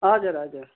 हजुर हजुर